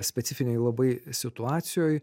specifinėj labai situacijoj